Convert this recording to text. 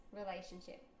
relationship